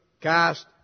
Cast